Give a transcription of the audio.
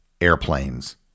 airplanes